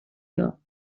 year